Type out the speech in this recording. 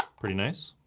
pretty nice.